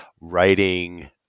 writing